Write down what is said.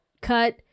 cut